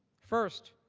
first,